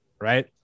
right